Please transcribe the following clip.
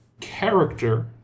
character